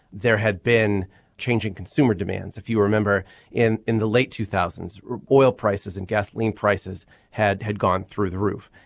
there had been changing consumer demands if you remember in in the late two thousand s oil prices and gasoline prices had had gone through the roof.